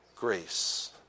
Grace